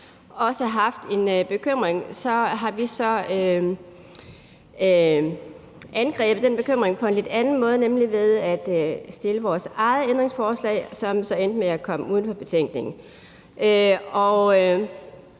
også har haft en bekymring. Men vi har så angrebet den bekymring på en lidt anden måde, nemlig ved at stille vores eget ændringsforslag, som så endte med at blive uden for betænkningen.